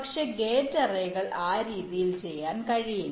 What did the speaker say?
പക്ഷേ ഗേറ്റ് അറേകൾ ആ രീതിയിൽ ചെയ്യാൻ കഴിയില്ല